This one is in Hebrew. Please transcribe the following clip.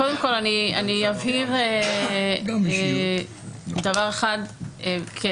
קודם כל אני אבהיר דבר אחד כבסיס,